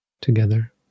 together